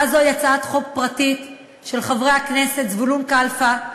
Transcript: הצעה זו היא הצעת חוק פרטית של חברי הכנסת זבולון כלפה,